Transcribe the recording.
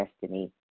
destiny